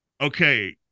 okay